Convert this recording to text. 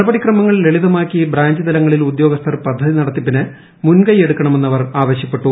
നടപടിക്രമങ്ങൾ ലളിതമാക്കി ബ്രാഞ്ച് തലങ്ങളിൽ ഉദ്യോഗസ്ഥർ പദ്ധതി നടത്തിപ്പിന് മുൻകൈയെടുക്കണമെന്ന് അവർ ആവശ്യപ്പെട്ടു